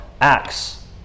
Acts